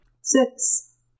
Six